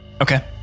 Okay